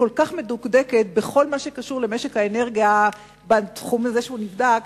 וכל כך מדוקדקת בכל מה שקשור למשק האנרגיה בתחום הזה שנבדק,